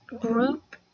group